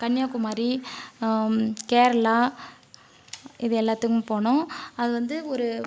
கன்னியாகுமாரி கேரளா இது எல்லாத்துக்கும் போனோம் அது வந்து ஒரு